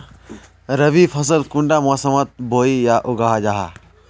रवि फसल कुंडा मोसमोत बोई या उगाहा जाहा?